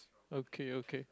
okay okay